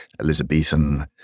Elizabethan